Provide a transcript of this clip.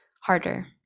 harder